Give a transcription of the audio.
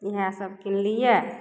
इहएसब किनलियै